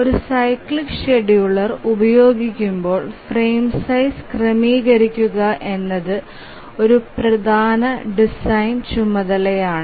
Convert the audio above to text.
ഒരു cyclic scheduler ഉപയോഗിക്കുമ്പോൾ frame size ക്രമീകരിക്കുക എന്നത് ഒരു പ്രധാന ഡിസൈൻ ചുമതലയാണ്